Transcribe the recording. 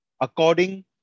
according